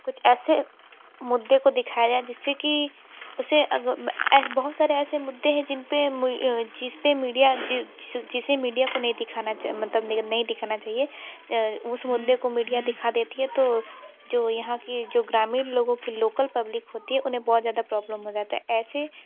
कुछ ऐसे मुद्दे को दिखाया जिससे कि उसे बहुत सारे ऐसे मुद्दे हैं जिन पर जिसपे मीडिया जिसे मीडिया को नहीं दिखना चाहिए मतलब नहीं दिखना चाहिए उस मुद्दे को मीडिया दिखा देती है तो जो यहाँ के जो ग्रामीण लोगों की लोकल पब्लिक होती है उन्हें बहुत ज़्यादा प्रॉब्लम हो जाती है ऐसे